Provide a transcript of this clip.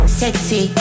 sexy